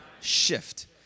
shift